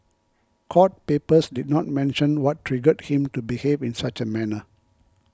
court papers did not mention what triggered him to behave in such a manner